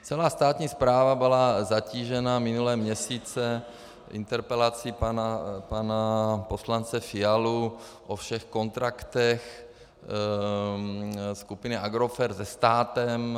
Celá státní správa byla zatížena minulé měsíce interpelací pana poslance Fialy o všech kontraktech skupiny Agrofert se státem.